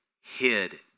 hid